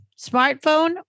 Smartphone